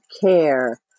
care